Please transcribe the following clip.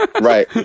Right